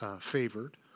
favored